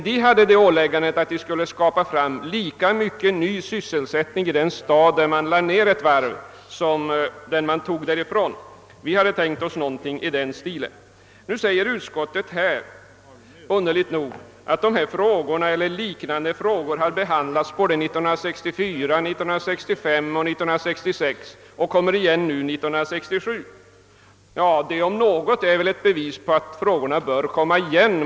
Där hade man åläggandet att skapa lika mycket ny sysselsättning som man tog bort i den stad där ett varv lades ned. Vi motionärer hade tänkt oss någonting i den stilen. Nu skriver utskottet underligt nog att dessa och liknande frågor har behandlats både år 1964, 1965 och 1966 — och de kommer igen nu år 1967. Detta om något är väl ett bevis på att frågorna bör behandlas på nytt.